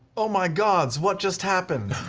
oh my gods, what just happened?